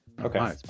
okay